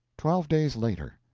twelve days later.